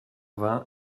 vingt